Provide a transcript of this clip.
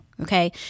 okay